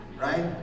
Right